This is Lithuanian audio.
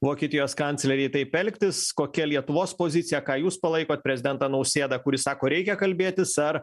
vokietijos kanclerei taip elgtis kokia lietuvos pozicija ką jūs palaikot prezidentą nausėdą kuris sako reikia kalbėtis ar